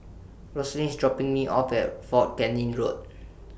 Roslyn IS dropping Me off At Fort Canning Road